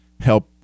help